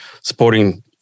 supporting